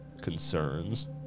concerns